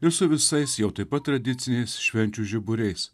ir su visais jau taip pat tradiciniais švenčių žiburiais